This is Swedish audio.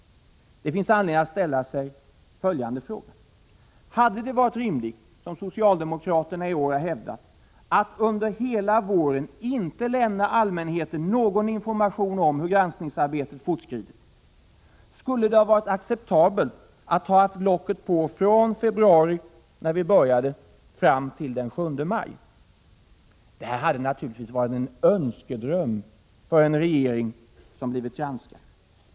Det finns anledning att ställa följande fråga: Hade det varit rimligt — som socialdemokraterna i år har hävdat — att under hela våren inte lämna allmänheten någon information om hur granskningsarbetet fortskridit? Skulle det ha varit acceptabelt att ha haft locket på från februari när vi började fram till den 7 maj? Detta hade naturligtvis varit en önskedröm för en regering som blivit granskad.